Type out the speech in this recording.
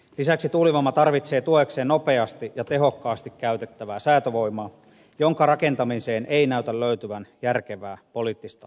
lisäksi tuulivoima tarvitsee tuekseen nopeasti ja tehokkaasti käytettävää säätövoimaa jonka rakentamiseen ei näytä löytyvän järkevää poliittista tahtotilaa